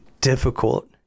difficult